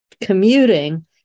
commuting